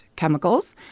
chemicals